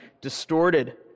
distorted